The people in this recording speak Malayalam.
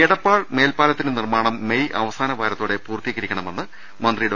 എടപ്പാൾ മേൽപ്പാലത്തിന്റെ നിർമ്മാണം മെയ് അവസാന വാര ്പൂർത്തീകരിക്കണമെന്ന് ത്താടെ മന്തി ഡോ